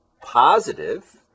positive